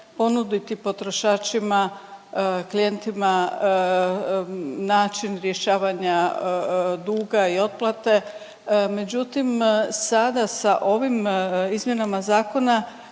potrošačima, klijentima način rješavanja duga i otplate, međutim, sada sa ovim izmjenama zakona,